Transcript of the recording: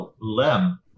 Lem